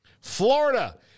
florida